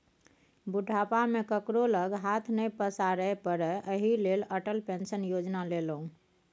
बुढ़ापा मे केकरो लग हाथ नहि पसारै पड़य एहि लेल अटल पेंशन योजना लेलहु